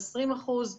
20 אחוזים.